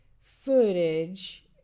footage